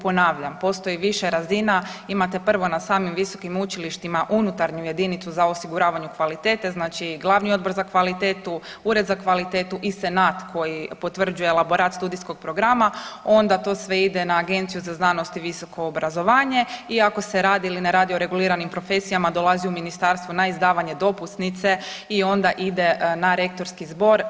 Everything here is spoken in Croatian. Ponavljam, postoji više razina, imate prvo na samim visokim učilištima unutarnju jedinicu za osiguravanje kvalitete znači glavni Odbor za kvalitetu, ured za kvalitetu i senat koji potvrđuje elaborat studijskog programa, onda sve to ide na Agenciju za znanost i visoko obrazovanje i ako se radi ili ne radi o reguliranim profesijama dolazi u ministarstvo na izdavanje dopusnice i onda ide na rektorski zbor.